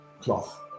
cloth